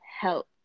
help